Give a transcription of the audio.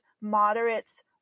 moderates